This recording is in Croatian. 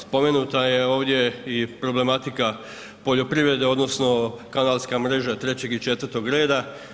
Spomenuta je ovdje i problematika poljoprivrede, odnosno kanalska mreža 3. i 4. reda.